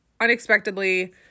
unexpectedly